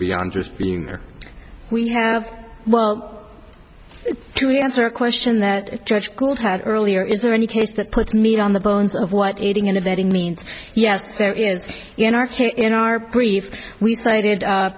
beyond just being here we have well to answer a question that judge gould had earlier is there any case that puts meat on the bones of what aiding and abetting means yes there is in our in our brief we cited